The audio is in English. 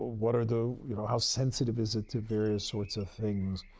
what are the you know, how sensitive is it to various sorts of things,